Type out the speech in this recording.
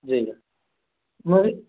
जी मेरी